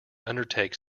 undertakes